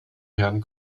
herrn